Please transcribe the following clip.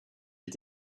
est